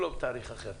ולא בתאריך אחר,